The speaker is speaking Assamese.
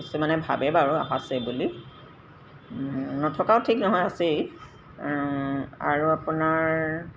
কিছুমানে ভাবে বাৰু আছে বুলি নথকাও ঠিক নহয় আছেই আৰু আপোনাৰ